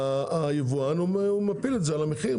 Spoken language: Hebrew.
היבואן מפיל את זה על המחיר,